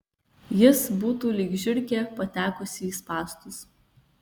jis būtų lyg žiurkė patekusi į spąstus